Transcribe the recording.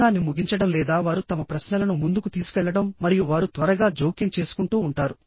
ప్రసంగాన్ని ముగించడం లేదా వారు తమ ప్రశ్నలను ముందుకు తీసుకెళ్లడం మరియు వారు త్వరగా జోక్యం చేసుకుంటూ ఉంటారు